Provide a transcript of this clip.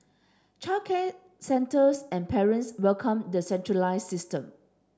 childcare centres and parents welcomed the centralised system